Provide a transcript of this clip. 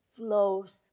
flows